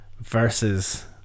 versus